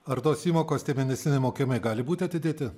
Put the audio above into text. ar tos įmokos tie mėnesiniai mokėjimai gali būti atidėti